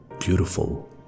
beautiful